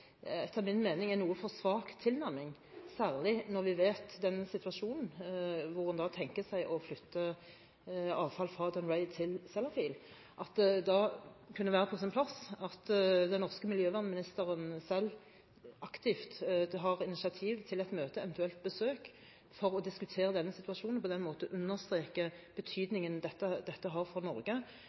etter min mening kanskje en noe for svak tilnærming, særlig når vi vet at man tenker seg å flytte avfall fra Dounreay til Sellafield. Da kan det være på sin plass at den norske miljøvernministeren selv aktivt tar initiativ til et møte, eventuelt et besøk, for å diskutere denne situasjonen, og på den måten understreke betydningen dette har for Norge,